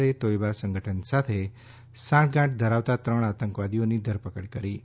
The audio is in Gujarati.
તોઈબા સંગઠન સાથે સાંઠગાંઠ ધરાવતા ત્રણ આતંકવાદીઓની ધરપકડ કરી છે